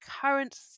current